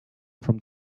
from